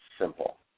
simple